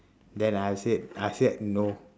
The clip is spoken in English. then I said I said no